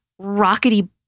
rockety